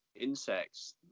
insects